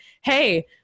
hey